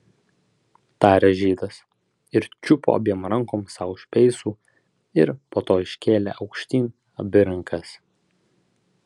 tarė žydas ir čiupo abiem rankom sau už peisų ir po to iškėlė aukštyn abi rankas